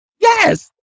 Yes